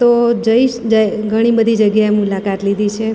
તો જઈશ જે ઘણી બધી જગ્યા મુલાકાત લીધી છે